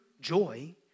joy